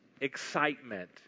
excitement